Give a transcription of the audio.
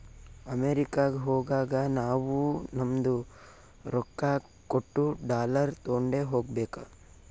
ಅಮೆರಿಕಾಗ್ ಹೋಗಾಗ ನಾವೂ ನಮ್ದು ರೊಕ್ಕಾ ಕೊಟ್ಟು ಡಾಲರ್ ತೊಂಡೆ ಹೋಗ್ಬೇಕ